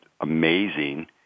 amazing